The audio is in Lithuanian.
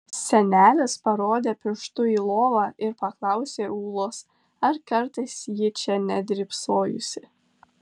senelis parodė pirštu į lovą ir paklausė ūlos ar kartais ji čia nedrybsojusi